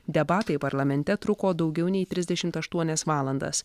debatai parlamente truko daugiau nei trisdešimt aštuonias valandas